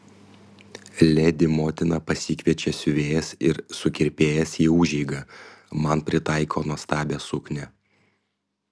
ledi motina pasikviečia siuvėjas ir sukirpėjas į užeigą man pritaiko nuostabią suknią